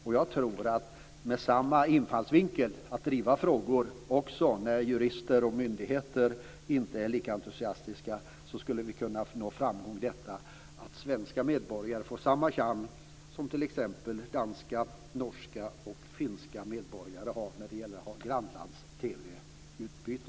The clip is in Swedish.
Med samma infallsvinkel, att driva frågor även när jurister och myndigheter inte är lika entusiastiska, skulle vi kunna nå framgång i att svenska medborgare får samma chans som t.ex. danska, norska och finska medborgare att ha ett utbyte med grannlands-TV.